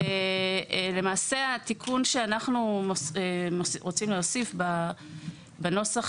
למעשה התיקון שאנחנו רוצים להוסיף בנוסח